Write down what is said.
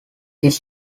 his